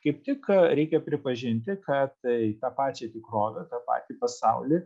kaip tik reikia pripažinti kad tą pačią tikrovę tą patį pasaulį